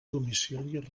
domicili